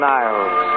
Niles